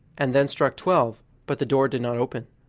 and then struck twelve, but the door did not open.